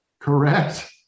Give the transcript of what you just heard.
correct